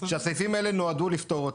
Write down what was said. שהסעיפים האלה נועדו לפתור אותם.